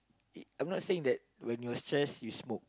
I'm not saying that when you're stress you smoke